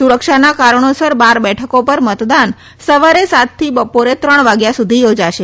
સુરક્ષાના કારણોસર બાર બેઠકો પર મતદાન સવારે સાત થી બપોરે ત્રણ વાગ્યા સુધી યોજાશે